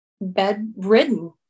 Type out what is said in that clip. bedridden